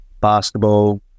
basketball